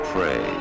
Pray